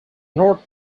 north